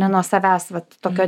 ne nuo savęs vat tokio